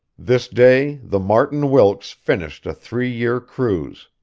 this day the martin wilkes finished a three year cruise.